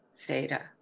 Theta